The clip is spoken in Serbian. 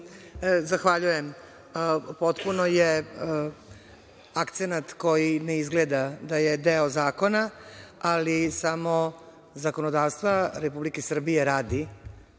Zahvaljujem. Potpuno je akcenat koji ne izgleda da je deo zakona, ali samo zakonodavstva Republike Srbije radi,